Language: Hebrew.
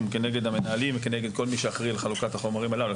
כנגד המנהלים וכנגד כל מי שאחראי לחלוקת החומרים הללו,